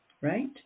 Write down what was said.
right